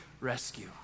rescue